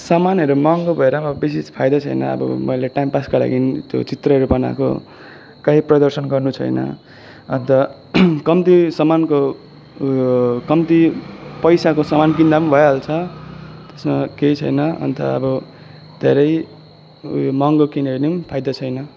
सामानहरू महँगो भएर बेसी फाइदै छैन अब मैले टाइमपासको लागि त्यो चित्रहरू बनाएको कहीँ प्रदर्शन गर्नु छैन अन्त कम्ती सामानको उयो कम्ती पैसाको सामान किन्दा पनि भइहाल्छ त्यसमा केही छैन अन्त अब धेरै महँगो किन्यो भने पनि फाइदा छैन